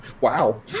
Wow